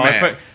man